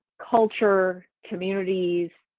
culture, communities,